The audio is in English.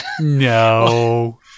No